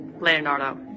Leonardo